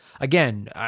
again